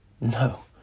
No